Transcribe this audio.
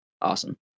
Awesome